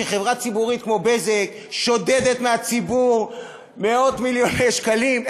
כשחברה ציבורית כמו בזק שודדת מהציבור מאות מיליוני שקלים,